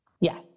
Yes